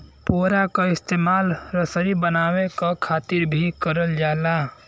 पुवरा क इस्तेमाल रसरी बनावे क खातिर भी करल जाला